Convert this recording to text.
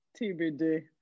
TBD